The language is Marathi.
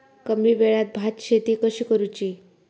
कमी वेळात भात शेती कशी करुची?